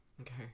Okay